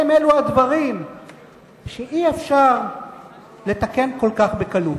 אלה הדברים שאי-אפשר לתקן כל כך בקלות.